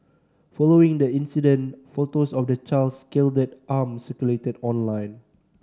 following the incident photos of the child's scalded arm circulated online